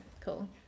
cool